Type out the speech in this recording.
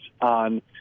on